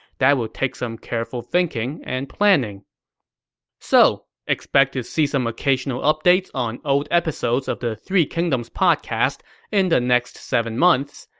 that will take some careful thinking and planning so, expect to see some occasional updates on old episodes of the three kingdoms podcast in the next seven months.